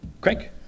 Craig